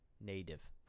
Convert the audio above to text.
native